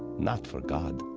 not for god